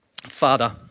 Father